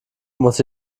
muss